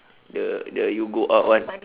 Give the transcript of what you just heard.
the the you go out one